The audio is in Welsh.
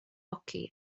hoci